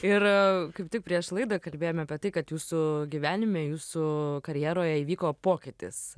ir kaip tik prieš laidą kalbėjom apie tai kad jūsų gyvenime jūsų karjeroj įvyko pokytis